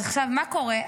עכשיו, מה קורה?